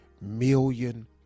million